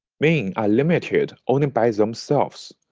men are limited only by themselves.